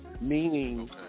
meaning